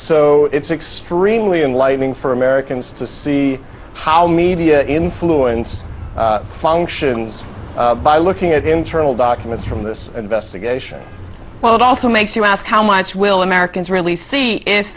so it's extremely in lightning for americans to see how media influence functions by looking at internal documents from this investigation well it also makes you ask how much will americans really see if